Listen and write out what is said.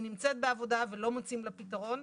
שהיא נמצאת בעבודה ולא מוצאים לה פתרון.